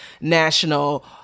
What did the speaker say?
national